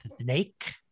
snake